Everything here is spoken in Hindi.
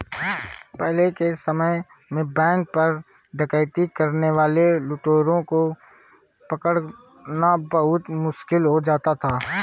पहले के समय में बैंक पर डकैती करने वाले लुटेरों को पकड़ना बहुत मुश्किल हो जाता था